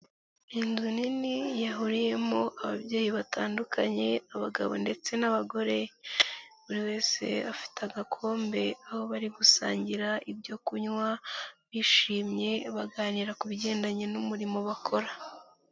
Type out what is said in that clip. Inzu nini yahuriyemo ababyeyi batandukanye abagabo ndetse n'abagore, buri wese afite agakombe aho bari gusangira ibyo kunywa bishimye baganira ku bijyandanye n'umurimo bakora.